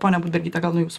ponia budbergyte gal nuo jūsų